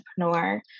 entrepreneur